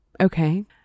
okay